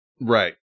right